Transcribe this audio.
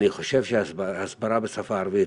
אני חושב שההסברה בשפה הערבית,